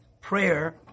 prayer